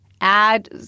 Add